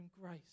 Grace